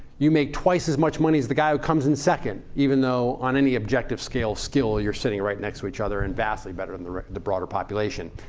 you make twice as much money as the guy who comes in second even though on any objective scale of skill you're sitting right next to each other and vastly better than the the broader population.